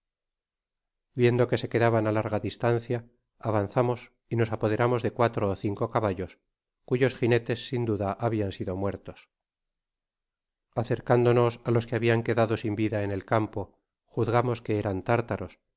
viendo que se quedaban á larga distancia avanzamos y nos apoderamos de cuatro ó cinco caballos cuyo ginetes sin duda habian sido muertos acercándonos á ios que habian quedado sin vida en e campe juzgamos que eran tártaros